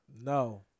No